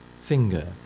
finger